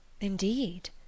Indeed